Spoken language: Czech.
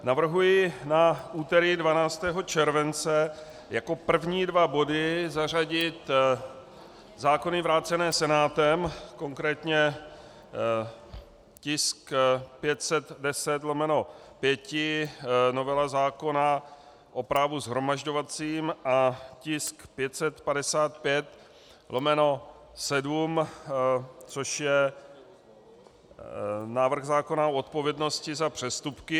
Navrhuji na úterý 12. července jako první dva body zařadit zákony vrácené Senátem, konkrétně tisk 510/5, novela zákona o právu shromažďovacím, a tisk 555/7, návrh zákona o odpovědnosti za přestupky.